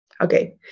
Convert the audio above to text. Okay